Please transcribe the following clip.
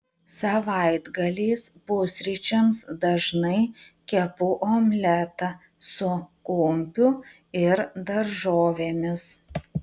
savaitgaliais pusryčiams dažnai kepu omletą su kumpiu ir daržovėmis